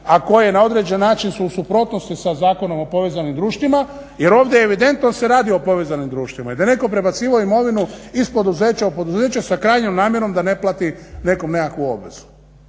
a koje na određen način su u suprotnosti sa Zakonom o povezanim društvima jer evidentno se radi o povezanim društvima. I da je netko prebacivao imovinu iz poduzeća u poduzeće sa krajnjom namjerom da ne plati nekom nekakvu obvezu.